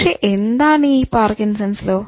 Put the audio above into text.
പക്ഷെ എന്താണ് ഈ പാർക്കിൻസൺസ് ലോ